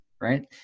right